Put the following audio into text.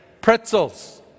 pretzels